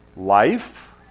Life